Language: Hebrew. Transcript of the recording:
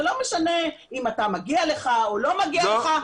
זה לא משנה אם מגיע לך או לא מגיע לך.